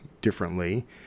differently